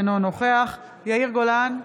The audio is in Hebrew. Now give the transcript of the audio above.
אינו נוכח יאיר גולן,